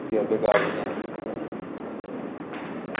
तजुर्बेकार निं ऐ